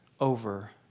over